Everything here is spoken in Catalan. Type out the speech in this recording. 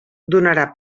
donarà